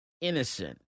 innocent